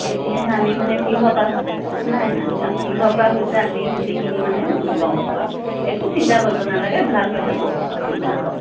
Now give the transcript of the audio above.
তেতিয়াহে আমি মানে কিহৰ পৰা হৈছে নাই নাই কিহৰ পৰা হৈছে আমি গোটেইখিনি মানে গম পাম একো চিন্তা কৰিব নালাগে ভাল হৈ যাব আপুনি আহক